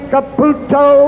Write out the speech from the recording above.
Caputo